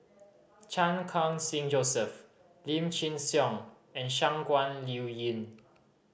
Chan Khun Sing Joseph Lim Chin Siong and Shangguan Liuyun